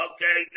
Okay